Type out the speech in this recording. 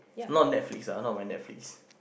not Netflix lah not went Netflix